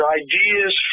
ideas